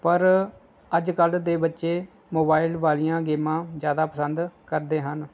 ਪਰ ਅੱਜ ਕੱਲ੍ਹ ਦੇ ਬੱਚੇ ਮੋਬਾਇਲ ਵਾਲੀਆਂ ਗੇਮਾਂ ਜ਼ਿਆਦਾ ਪਸੰਦ ਕਰਦੇ ਹਨ